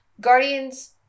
Guardians